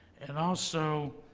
and also,